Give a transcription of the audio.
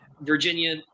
Virginia